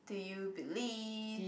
do you believe